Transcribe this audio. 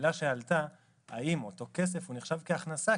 השאלה שעלתה הייתה האם אותו כסף נחשב כהכנסה,